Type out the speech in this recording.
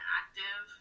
active